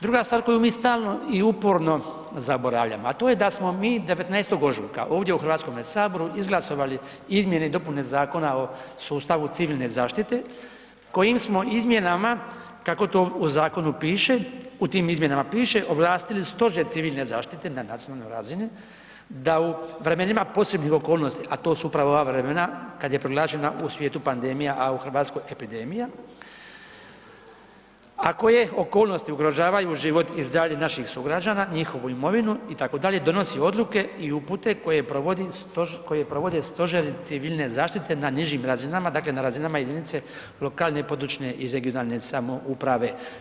Druga stvar koju mi stalno i uporno zaboravljamo, a to je da smo mi 19. ožujka ovdje u HS izglasovali izmjene i dopune Zakona o sustavu civilne zaštite kojim smo izmjenama, kako to u zakonu piše, u tim izmjenama piše, ovlastili Stožer civilne zaštite na nacionalnoj razini da u vremenima posebnih okolnosti, a to su upravo ova vremena kad je proglašena u svijetu pandemija, a u RH epidemija, a koje okolnosti ugrožavaju život i zdravlje naših sugrađana, njihovu imovinu itd., donosi odluke i upute koje provodi stožer, koje provode Stožeri civilne zaštite na nižim razinama, dakle na razinama jedinice lokalne i područne i regionalne samouprave.